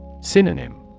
Synonym